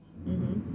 mmhmm